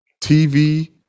tv